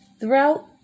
throughout